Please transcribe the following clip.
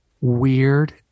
weird